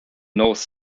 north